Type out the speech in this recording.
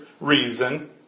reason